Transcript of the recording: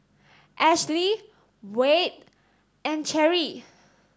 Ashlee Wade and Cherie